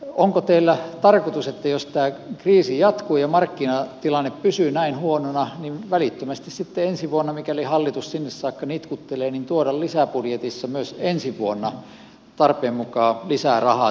onko teillä tarkoitus jos tämä kriisi jatkuu ja markkinatilanne pysyy näin huonona välittömästi sitten ensi vuonna mikäli hallitus sinne saakka nitkuttelee tuoda lisäbudjetissa tarpeen mukaan lisää rahaa